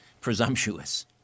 presumptuous